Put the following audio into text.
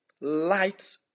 light